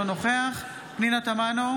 אינו נוכח פנינה תמנו,